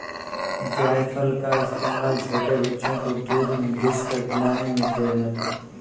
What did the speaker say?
जायफल का इस्तेमाल छोटे बच्चों को दूध में घिस कर पिलाने में किया जाता है